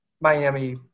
Miami –